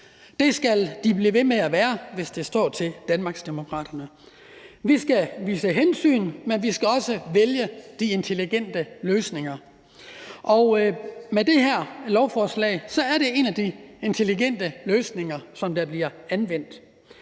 Det skal de blive ved med at være, hvis det står til Danmarksdemokraterne. Vi skal vise hensyn, men vi skal også vælge de intelligente løsninger, og med det her lovforslag er det en af de intelligente løsninger, som bliver anvendt.